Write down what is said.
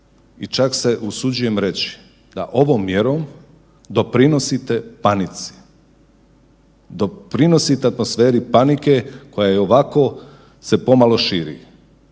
I čak se usuđujem reći da ovom mjerom doprinosite panici, doprinosite atmosferi panike koja i ovako se pomalo širi